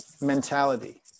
mentality